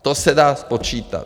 To se dá spočítat.